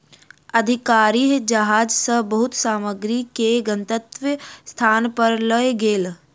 अधिकारी जहाज सॅ बहुत सामग्री के गंतव्य स्थान पर लअ गेल